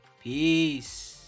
Peace